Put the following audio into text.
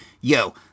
yo